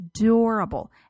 adorable